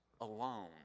alone